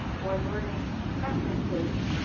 or learning preferences